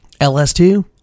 ls2